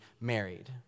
married